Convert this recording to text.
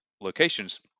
locations